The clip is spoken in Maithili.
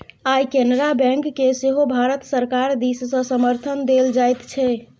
आय केनरा बैंककेँ सेहो भारत सरकार दिससँ समर्थन देल जाइत छै